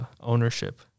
ownership